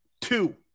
two